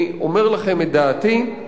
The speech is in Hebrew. אני אומר לכם את דעתי.